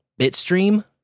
Bitstream